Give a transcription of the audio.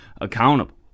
accountable